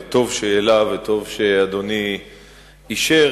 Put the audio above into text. טוב שהעלה וטוב שאדוני אישר,